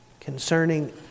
concerning